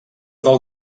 dol